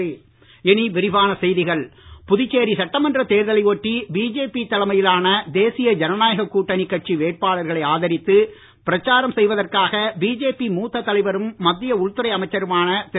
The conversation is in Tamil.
அமித்ஷாபுதுச்சேரி புதுச்சேரி சட்டமன்றத் தேர்தலை ஒட்டி பிஜேபி தலைமையிலான தேசிய ஜனநாயக கூட்டணி கட்சி வேட்பாளர்களை ஆதரித்து பிரச்சாரம் செய்வதற்காக பிஜேபி மூத்த தலைவரும் மத்திய உள்துறை அமைச்சருமான திரு